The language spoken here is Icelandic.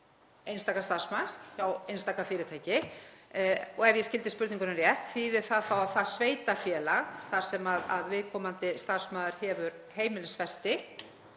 einstaka starfsmanns hjá einstaka fyrirtæki, og ef ég skildi spurninguna rétt hvort það þýði þá að það sveitarfélag þar sem viðkomandi starfsmaður hefur heimilisfesti